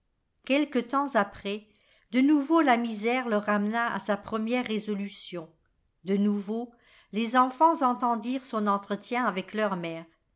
quelque temps après de nouveau la misère le ramena à sa première résolution de nouveau les enfants entendirent son entretien avec leur mère